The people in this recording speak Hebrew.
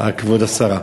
כבוד השרה.